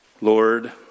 Lord